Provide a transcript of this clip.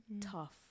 tough